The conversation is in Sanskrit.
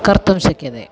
कर्तुं शक्यते